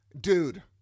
dude